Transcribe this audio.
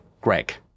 greg